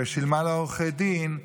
ושילמה לעורכי הדין,